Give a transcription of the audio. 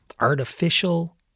artificial